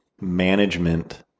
management